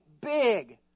big